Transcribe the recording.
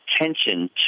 attention